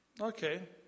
okay